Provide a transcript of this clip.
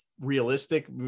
realistic